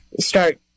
start